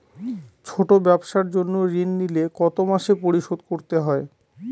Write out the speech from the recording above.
ছোট ব্যবসার জন্য ঋণ নিলে কত মাসে পরিশোধ করতে হয়?